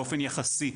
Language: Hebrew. באופן יחסי,